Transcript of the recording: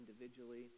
individually